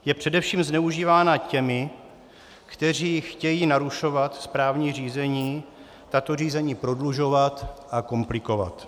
Je především zneužívána těmi, kteří chtějí narušovat správní řízení, tato řízení prodlužovat a komplikovat.